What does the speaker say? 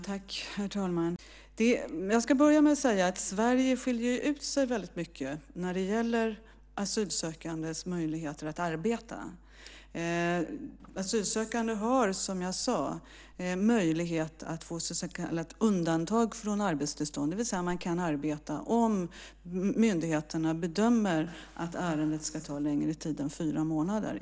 Herr talman! Jag ska börja med att säga att Sverige skiljer ut sig väldigt mycket när det gäller asylsökandes möjligheter att arbeta. Asylsökande har, som jag sade, möjlighet att få så kallat undantag från arbetstillstånd, det vill säga att man kan arbeta om myndigheterna bedömer att ärendet ska ta längre tid än fyra månader.